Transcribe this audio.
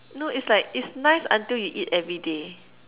no is like it's nice until you eat everyday